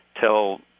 tell